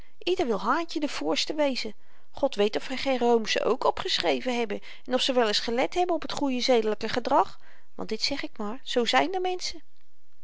ieder wil haantje de voorste wezen god weet of er geen roomschen ook op geschreven hebben en of ze wel eens gelet hebben op t goeie zedelyke gedrag want dit zeg ik maar zoo zyn de menschen